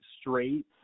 straight